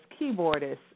keyboardist